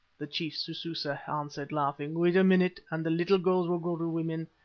the chief sususa answered, laughing. wait a minute and the little girls will grow to women,